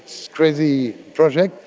so crazy project.